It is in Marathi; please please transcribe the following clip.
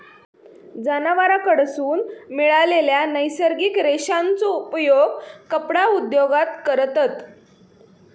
जनावरांकडसून मिळालेल्या नैसर्गिक रेशांचो उपयोग कपडा उद्योगात करतत